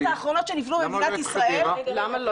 למה לא אשקלון?